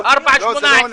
4.18?